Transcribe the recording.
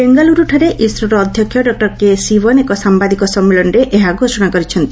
ବେଙ୍ଗାଲୁରୁଠାରେ ଇସ୍ରୋର ଅଧ୍ୟକ୍ଷ ଡକ୍କର କେ ଶିବନ ଏକ ସାମ୍ଭାଦିକ ସମ୍ମିଳନୀରେ ଏହା ଘୋଷଣା କରିଛନ୍ତି